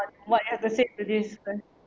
on what you have to say to this first